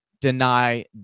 deny